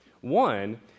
One